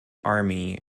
army